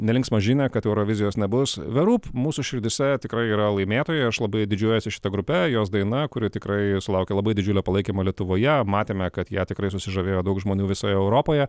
nelinksmą žinią kad eurovizijos nebus the roop mūsų širdyse tikrai yra laimėtojai aš labai didžiuojuosi šita grupe jos daina kuri tikrai sulaukė labai didžiulio palaikymo lietuvoje matėme kad ja tikrai susižavėjo daug žmonių visoje europoje